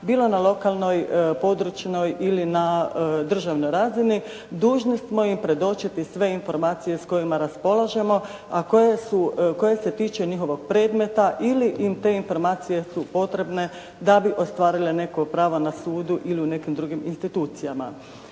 bilo na lokalnoj, područnoj ili na državnoj razini dužni smo im predočiti sve informacije s kojima raspolažemo, a koje se tiče njihovog predmeta ili im te informacije su potrebne da bi ostvarile neko pravo na sudu ili u nekim drugim institucijama.